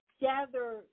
gather